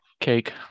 Cake